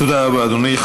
תודה רבה, אדוני.